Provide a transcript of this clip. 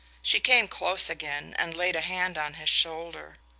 she came close again and laid a hand on his shoulder.